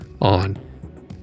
on